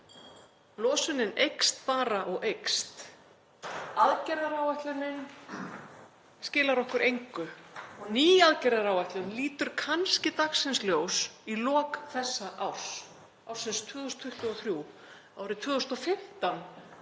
losunin eykst bara og eykst. Aðgerðaáætlunin skilar okkur engu. Ný aðgerðaáætlun lítur kannski dagsins ljós í lok þessa árs, ársins 2023. Árið 2015